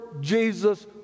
Jesus